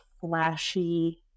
flashy